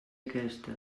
aquesta